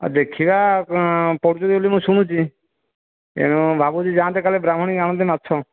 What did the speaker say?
ଦେଖିବା ପଡ଼ୁଛନ୍ତି ବୋଲି ମୁଁ ଶୁଣୁଛି ତେଣୁ ଭାବୁଛି ଯାଆନ୍ତେ କାଲି ବ୍ରହ୍ମଣୀ ଆଣନ୍ତେ ମାଛ